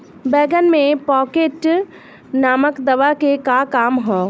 बैंगन में पॉकेट नामक दवा के का काम ह?